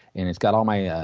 and it's got all my yeah